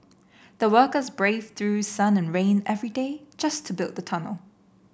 the workers braved through sun and rain every day just to build the tunnel